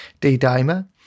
D-dimer